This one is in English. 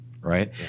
right